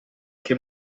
che